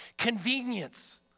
Convenience